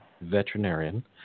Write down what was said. veterinarian